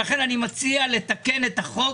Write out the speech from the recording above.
לכן אני מציע לתקן את החוק